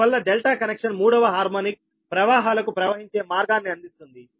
అందువల్ల delta connection మూడవ harmonic ప్రవాహాలకు ప్రవహించే మార్గాన్ని అందిస్తుంది